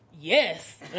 yes